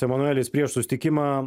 emanuelis prieš susitikimą